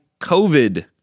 COVID